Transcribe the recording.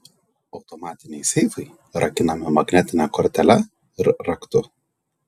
automatiniai seifai rakinami magnetine kortele ir raktu